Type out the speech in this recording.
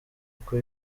uko